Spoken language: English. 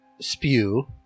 spew